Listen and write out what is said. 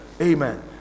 Amen